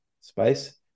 space